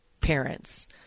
parents